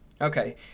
Okay